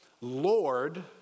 Lord